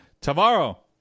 tomorrow